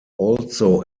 also